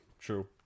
true